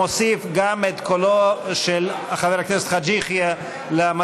אני מוסיף גם את קולו של חבר הכנסת חאג' יחיא לתומכים.